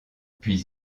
puis